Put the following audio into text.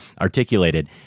articulated